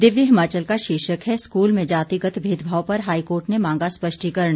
दिव्य हिमाचल का शीर्षक है स्कूल में जातिगत भेदभाव पर हाईकोर्ट ने मांगा स्पष्टीकरण